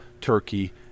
turkey